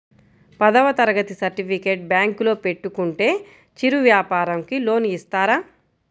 పదవ తరగతి సర్టిఫికేట్ బ్యాంకులో పెట్టుకుంటే చిరు వ్యాపారంకి లోన్ ఇస్తారా?